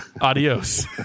adios